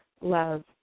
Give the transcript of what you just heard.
Love